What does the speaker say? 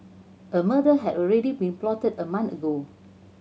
a murder had already been plotted a month ago